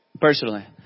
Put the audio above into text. personally